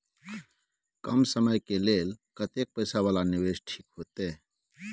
कम समय के लेल कतेक पैसा वाला निवेश ठीक होते?